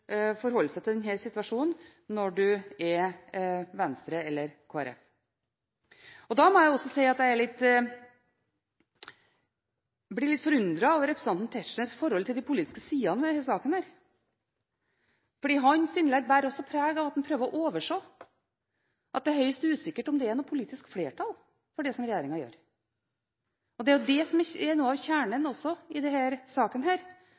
forholde seg til denne situasjonen for Venstre eller Kristelig Folkeparti. Jeg må også si at jeg blir litt forundret over representanten Tetzschners forhold til de politiske sidene ved denne saken. Hans innlegg bærer også preg av at en prøver å overse at det er høyst usikkert om det er noe politisk flertall for det som regjeringen gjør. Det er det som er noe av kjernen i denne saken, at sjøl om Venstre ikke er her i dag, og vi ikke får høre deres mening, er det